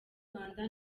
rwanda